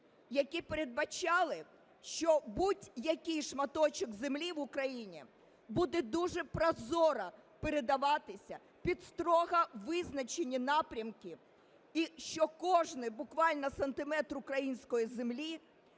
які передбачали, що будь-який шматочок землі в Україні буде дуже прозоро передаватися під строго визначені напрямки і що кожний буквально сантиметр української землі